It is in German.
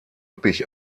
üppig